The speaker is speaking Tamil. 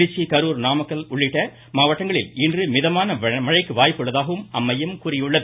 திருச்சி கரூர் நாமக்கல் உள்ளிட்ட மாவட்டங்களில் இன்று மிதமான மழைக்கு வாய்ப்புள்ளதாகவும் அம்மையம் கூறியுள்ளது